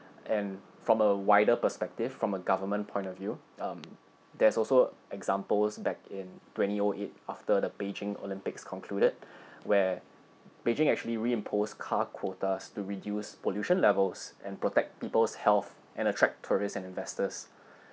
and from a wider perspective from a government point of view um there's also examples back in twenty o eight after the beijing olympics concluded where beijing actually reimpose car quotas to reduce pollution levels and protect people's health and attract tourists and investors